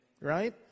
right